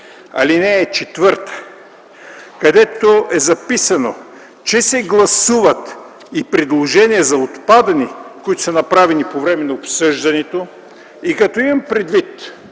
ал. 4, където е записано, че се гласуват и предложения за отпадане, които са направени по време на обсъждането, и като имам предвид